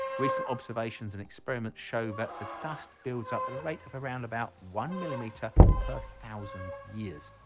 recent observations and experiments show that the dust builds up at a rate of around about one millimeter per thousand years.